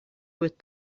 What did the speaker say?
with